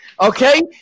Okay